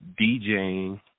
DJing